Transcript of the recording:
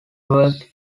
worked